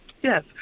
Yes